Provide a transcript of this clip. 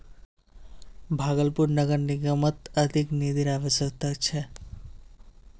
भागलपुर नगर निगमक अधिक निधिर अवश्यकता छ